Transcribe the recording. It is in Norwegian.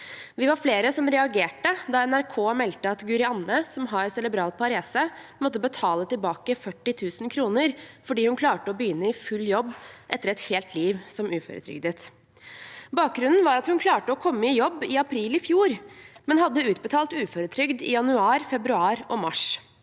Vi var flere som reagerte da NRK meldte at Guri Anne, som har cerebral parese, måtte betale tilbake 40 000 kr fordi hun klarte å begynne i full jobb etter et helt liv som uføretrygdet. Bakgrunnen var at hun klarte å komme i jobb i april i fjor, men hadde fått utbetalt uføretrygd i januar, februar og mars.